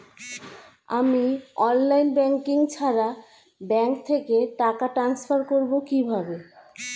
আমি online banking ছাড়া bank থেকে টাকা ট্রান্সফার করবো কিভাবে?